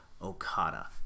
Okada